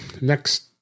next